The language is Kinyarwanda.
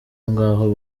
ngaho